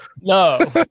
no